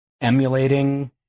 emulating